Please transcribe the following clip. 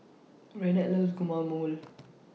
Renard loves Guacamole